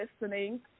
listening